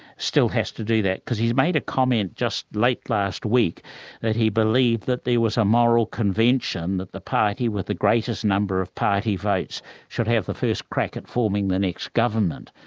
still has to do that, because he's made a comment just late last week that he believed that there was a moral convention that the party with the greatest number of party votes should have the first crack at forming the next government.